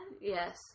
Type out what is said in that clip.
Yes